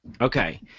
Okay